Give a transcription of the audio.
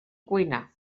cuinar